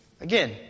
Again